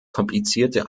komplizierte